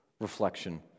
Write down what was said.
reflection